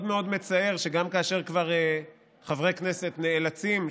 מאוד מאוד מצער שגם כאשר כבר חברי כנסת נאלצים,